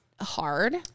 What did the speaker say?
hard